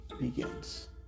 begins